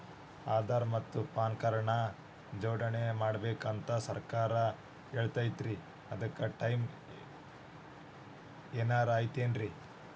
ಆಧಾರ ಮತ್ತ PAN card ನ ಜೋಡಣೆ ಮಾಡ್ಬೇಕು ಅಂತಾ ಸರ್ಕಾರ ಹೇಳೈತ್ರಿ ಅದ್ಕ ಟೈಮ್ ಏನಾರ ಐತೇನ್ರೇ?